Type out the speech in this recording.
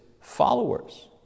followers